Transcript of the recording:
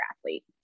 athlete